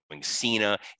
Cena